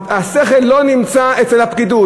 השכל לא נמצא אצל הפקידות.